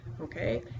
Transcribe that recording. Okay